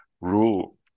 Rule